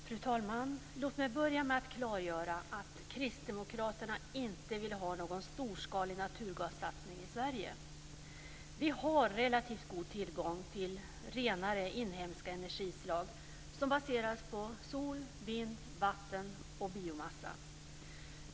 Fru talman! Låt mig först klargöra att Kristdemokraterna inte vill ha en storskalig naturgassatsning i Sverige. Vi har relativt god tillgång till renare inhemska energislag som baseras på sol, vind, vatten och biomassa.